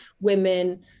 women